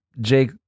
Jake